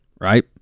right